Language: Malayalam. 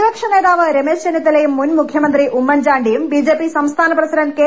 പ്രതിപക്ഷ നേതാവ് രമേശ് ചെന്നിത്തലയും മുൻ മുഖ്യ മന്ത്രി ഉമ്മൻ ചാണ്ടിയും ബിജെപി സംസ്ഥാന പ്രസിഡന്റ് കെ